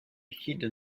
hidden